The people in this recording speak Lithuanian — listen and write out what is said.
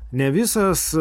ne visas